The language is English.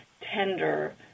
tender